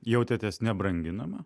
jautėtės nebranginama